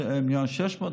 1.6 מיליון,